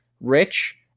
Rich